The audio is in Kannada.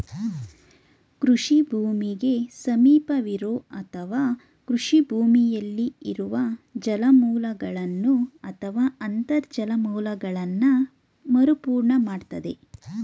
ಕೃಷಿ ಭೂಮಿಗೆ ಸಮೀಪವಿರೋ ಅಥವಾ ಕೃಷಿ ಭೂಮಿಯಲ್ಲಿ ಇರುವ ಜಲಮೂಲಗಳನ್ನು ಅಥವಾ ಅಂತರ್ಜಲ ಮೂಲಗಳನ್ನ ಮರುಪೂರ್ಣ ಮಾಡ್ತದೆ